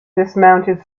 dismounted